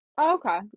Okay